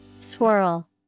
Swirl